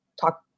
talk